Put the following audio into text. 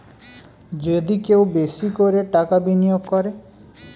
যদি কেউ বেশি করে টাকা বিনিয়োগ করে